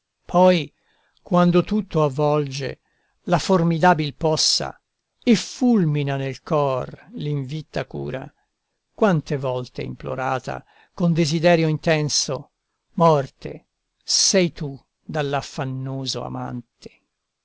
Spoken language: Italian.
poi quando tutto avvolge la formidabil possa e fulmina nel cor l'invitta cura quante volte implorata con desiderio intenso morte sei tu dall'affannoso amante